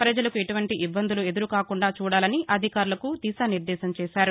ప్రజలకు ఎటువంటి ఇబ్బందులు ఎదురుకాకుండా చూడాలని అధికారులకు దిశానిర్దేశం చేశారు